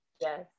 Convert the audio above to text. Yes